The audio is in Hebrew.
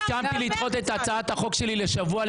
לבקשת הנשיא אני הסכמתי לדחות את הצעת החוק שלי בשבוע.